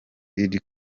iri